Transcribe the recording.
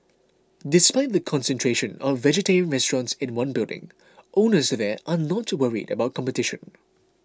despite the concentration of vegetarian restaurants in one building owners there are not worried about competition